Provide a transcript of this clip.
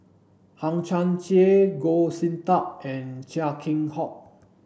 Hang Chang Chieh Goh Sin Tub and Chia Keng Hock